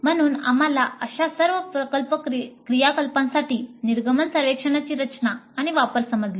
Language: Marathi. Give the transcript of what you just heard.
म्हणून आम्हाला अशा सर्व प्रकल्प क्रियाकलापांसाठी निर्गमन सर्वेक्षणांची रचना आणि वापर समजले